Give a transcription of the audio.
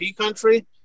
country